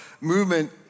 movement